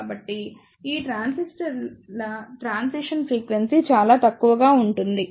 కాబట్టి ఈ ట్రాన్సిస్టర్ల ట్రాన్సిషన్ ఫ్రీక్వెన్సీ చాలా తక్కువగా ఉంటుంది